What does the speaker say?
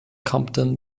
compton